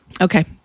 Okay